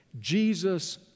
Jesus